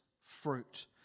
fruit